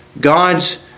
God's